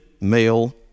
male